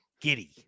Giddy